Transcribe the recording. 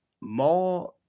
more